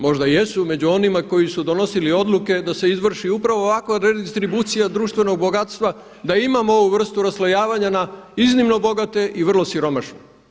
Možda jesu među onima koji su donosili odluke da se izvrši upravo ovakva redistribucija društvenog bogatstva, da imamo ovu vrstu raslojavanja na iznimno bogate i vrlo siromašne.